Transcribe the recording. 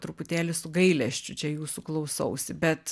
truputėlį su gailesčiu čia jūsų klausausi bet